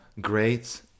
great